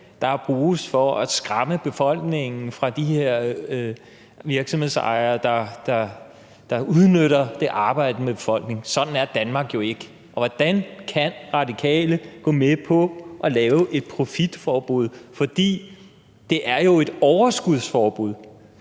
der bruges for at skræmme befolkningen i forhold til de her virksomhedsejere, der udnytter det arbejdende folk. Sådan er Danmark jo ikke. Hvordan kan Radikale gå med på at lave et profitforbud? For det er jo et overskudsforbud.